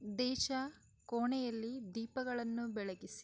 ದೇಶ ಕೋಣೆಯಲ್ಲಿ ದೀಪಗಳನ್ನು ಬೆಳಗಿಸಿ